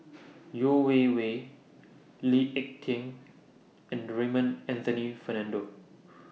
Yeo Wei Wei Lee Ek Tieng and Raymond Anthony Fernando